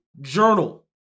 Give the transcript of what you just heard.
Journal